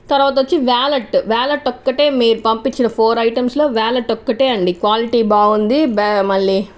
తర్వాత వచ్చి wallet wallet ఒక్కటే మీరు పంపించిన ఫోర్ ఐటమ్స్ లో వ్యాలెట్ అండి వ్యాలెట్ ఒక్కటే అండి క్వాలిటీ బాగుంది మళ్ళీ